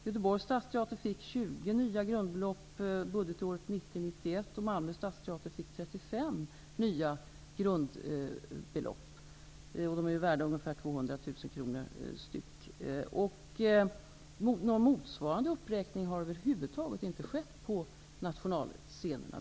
Göteborgs stadsteater fick 20 nya grundbelopp budgetåret 1990/91 och Malmö stadsteater 35 nya grundbelopp. Varje grundbelopp är värt ungefär 200 000 kronor. Någon motsvarande uppräkning beträffande nationalscenerna har över huvud taget inte skett.